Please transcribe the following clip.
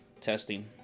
Testing